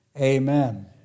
Amen